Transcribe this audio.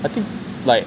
I think like